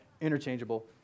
interchangeable